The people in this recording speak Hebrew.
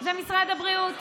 זה משרד הבריאות.